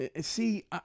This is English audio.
see